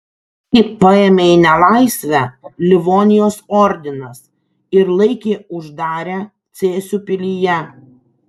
jį paėmė į nelaisvę livonijos ordinas ir laikė uždarę cėsių pilyje